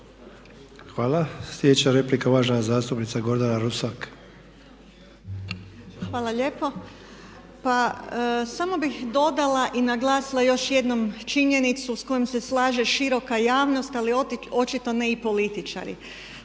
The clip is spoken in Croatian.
Hvala. Sljedeća replika, uvažena zastupnica Gordana Rusak. **Rusak, Gordana (Nezavisni)** Hvala lijepo. Pa samo bih dodala i naglasila još jednom činjenicu s kojom se slaže široka javnost ali očito ne i političari.